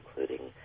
including